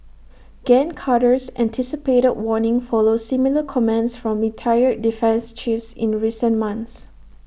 gen Carter's anticipated warning follows similar comments from retired defence chiefs in recent months